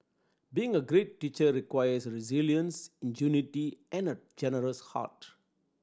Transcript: being a great teacher requires resilience ingenuity and a generous heart